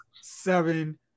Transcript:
Seven